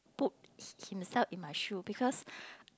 put him himself in my shoe because